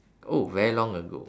oh very long ago